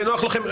ונוח לכם,